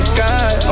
god